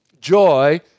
joy